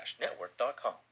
network.com